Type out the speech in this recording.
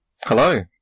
Hello